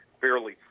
fairly